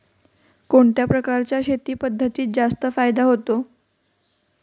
कोणत्या प्रकारच्या शेती पद्धतीत जास्त फायदा होतो?